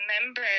remember